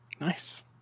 nice